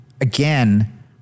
again